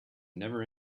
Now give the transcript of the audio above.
never